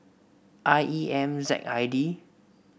I E M Z I D